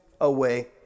away